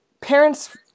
parents